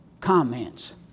comments